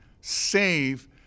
save